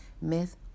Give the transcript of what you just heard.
Myth